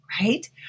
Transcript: right